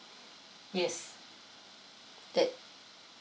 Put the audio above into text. yes that